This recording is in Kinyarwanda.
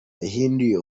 yahinduye